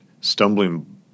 stumbling